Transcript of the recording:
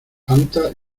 fanta